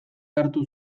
hartu